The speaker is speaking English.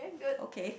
okay